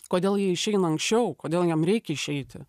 kodėl jie išeina anksčiau kodėl jiem reik išeiti